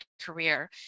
career